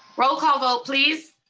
roll call vote, please.